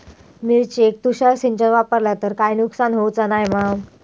मिरचेक तुषार सिंचन वापरला तर काय नुकसान होऊचा नाय मा?